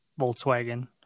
Volkswagen